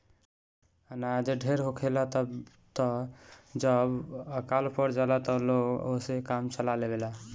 अनाज ढेर होखेला तबे त जब अकाल पड़ जाला त लोग ओसे काम चला लेवेला